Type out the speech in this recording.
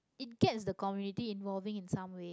it gets the community involving in some way